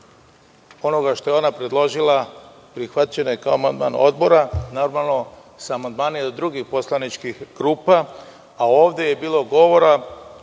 onoga što je ona predložila prihvaćeno je kao amandman odbora, sa amandmanima drugih poslaničkih grupa. Ovde je bilo govora,